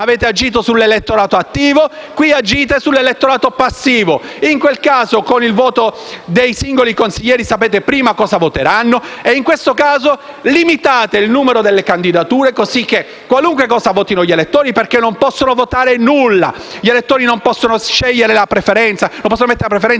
avete agito sull'elettorato attivo, qui agite sull'elettorato passivo; in quel caso, con il voto dei singoli consiglieri sapete prima cosa voteranno; in questo caso, limitate il numero delle candidature - sì - perché gli elettori non possono votare nulla. Gli elettori non possono mettere la preferenza, ma possono scegliere